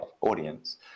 audience